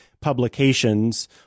publications